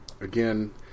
again